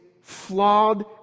flawed